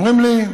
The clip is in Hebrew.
אומרים לי: